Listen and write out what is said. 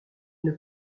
une